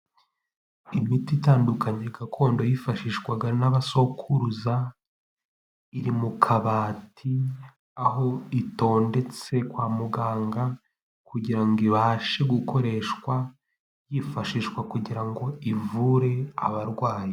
Imiti itandukanye gakondo yifashishwaga n'abasokuruza, iri mu kabati aho itondetse kwa muganga kugira ngo ibashe gukoreshwa, yifashishwa kugira ngo ivure abarwayi.